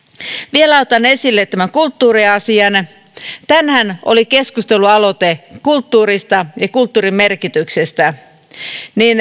vielä otan esille tämän kulttuuriasian kun tänään oli keskustelualoite kulttuurista ja kulttuurin merkityksestä niin